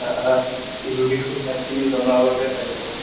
বিহু বিষয়ে ইমানখিনি জনোৱাৰ বাবে ধন্যবাদ